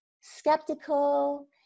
skeptical